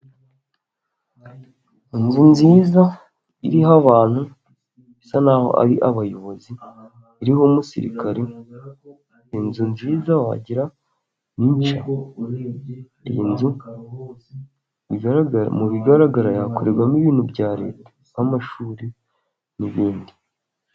Inzu nziza iriho abantu bisa n'aho ari abayobozi, iriho umusirikare, inzu nziza, wagira ni nshya. Inzu, mu bigaragara yakorerwamo ibintu bya leta nk'amashuri n'ibindi.